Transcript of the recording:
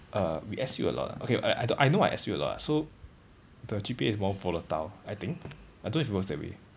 uh we S_U a lot okay I I I know I S_U a lot so the G_P_A is more volatile I think I don't know if it works that way